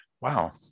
Wow